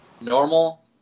Normal